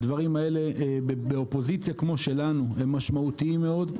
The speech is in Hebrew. הדברים האלה באופוזיציה כמו שלנו הם משמעותיים מאוד,